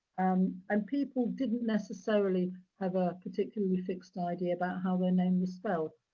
um um people didn't necessarily have a particularly fixed idea about how their name was spelled.